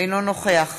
אינו נוכח